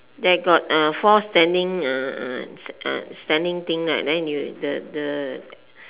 there got uh four standing uh uh uh standing thing right then you the the